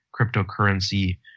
cryptocurrency